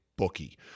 Bookie